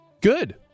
Good